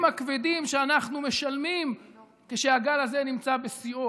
הכבדים שאנחנו משלמים כשהגל הזה נמצא בשיאו,